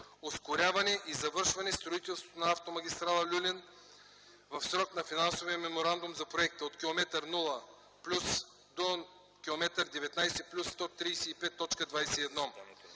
ускоряване и завършване строителството на автомагистрала „Люлин” в срока на финансовия меморандум за проекта от километър 0+000